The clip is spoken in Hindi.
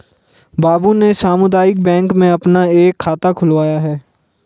बाबू ने सामुदायिक बैंक में अपना एक खाता खुलवाया है